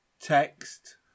text